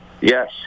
yes